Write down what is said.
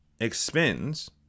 expends